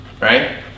Right